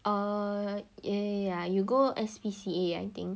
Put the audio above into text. err yeah yeah yeah you go S_P_C_A I think